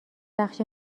بخش